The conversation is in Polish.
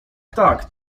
tak